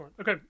Okay